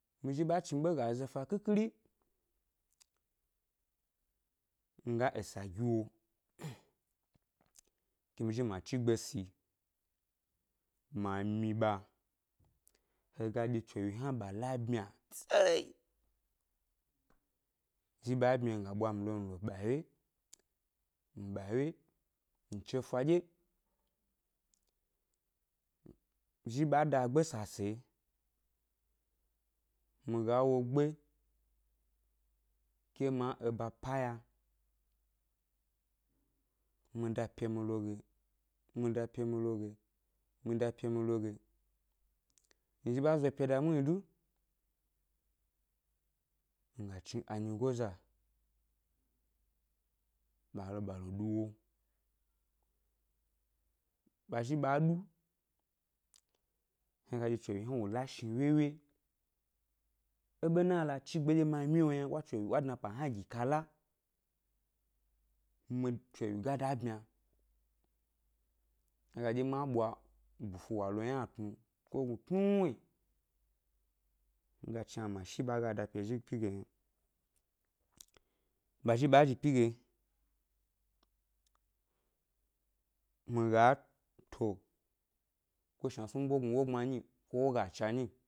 Mizhi ɓǎ chniɓe ga zo fa khikhiri, nga esa gi wo, mi zhi ma chigbe si ma myi ɓa, he ɗye chewyi hna ɓa la bmya sereyi, zhi ɓa bmya nga ɓwa nlo nɓa ʻwye nɓa ʻwye, nche ʻfa ɗye, zhi ɓa da gbe saseyi, mi ga wo gbe ke ma eba pa ya, mi dapye mi lo ge, mi dapye mi lo ge, mi dapye mi lo ge, mi zhi ɓa zo pyeda muhni du, nga chni anyigoza ɓa lo ɓa lo ɗu wo, ɓa zhi ɓa ɗu, he ga ɗye chewyi hna wo la shni wyewye, é bena lea chigbe ɗye ma myio yna wa chewyi wa dnapa hna gi kala mi chewyi ga da bmya, he ga ɗye ma ɓwa bufu wa lo ynatnu ko gnu tnuwnuyi, mi ga chni a mashi nɗye ɓa ga dpye zhi ʻpyi ge yna, ɓa zhi ɓa zhi ʻpyi ge, mi ga to ko shna snunbo gnu wogbma nyi ko wogacha nyi